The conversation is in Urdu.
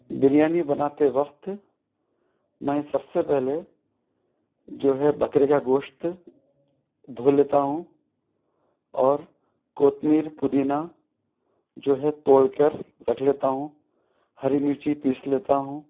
بریانی بناتے وقت میں سب سے پہلے جو ہے بکرے کا گوشت دھو لیتا ہوں اور کوتمیر پودینا جو ہے توڑ کر رکھ لیتا ہوں ہری مرچی پیس لیتا ہوں